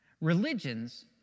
Religions